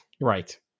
Right